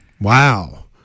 wow